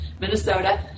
Minnesota